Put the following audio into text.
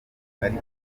nkumva